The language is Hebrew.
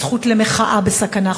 הזכות למחאה בסכנה,